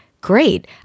great